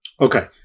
okay